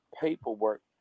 paperwork